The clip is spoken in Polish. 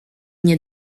nie